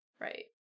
Right